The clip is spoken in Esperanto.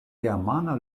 germana